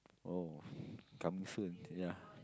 oh coming soon ya